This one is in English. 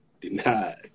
denied